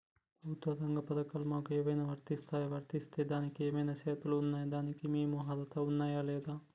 ప్రభుత్వ రంగ పథకాలు మాకు ఏమైనా వర్తిస్తాయా? వర్తిస్తే దానికి ఏమైనా షరతులు ఉన్నాయా? దానికి మేము అర్హత ఉన్నామా లేదా?